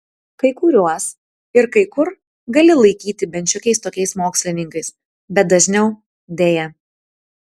kai kuriuos ir kai kur gali laikyti bent šiokiais tokiais mokslininkais bet dažniau deja